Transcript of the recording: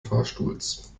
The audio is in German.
fahrstuhls